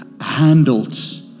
handled